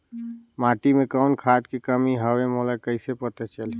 माटी मे कौन खाद के कमी हवे मोला कइसे पता चलही?